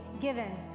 given